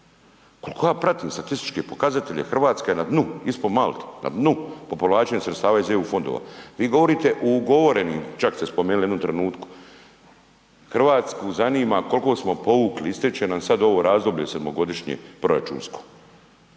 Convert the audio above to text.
koliko ja pratim statističke pokazatelje, RH je na dnu, ispod Malte, na dnu po povlačenju sredstava iz EU fondova. Vi govorite ugovoreni, čak ste spomenuli u jednom trenutku, RH zanima kolko smo povukli, ističe nam sad ovo razdoblje sedmogodišnje proračunsko.